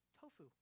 tofu